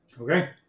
Okay